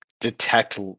detect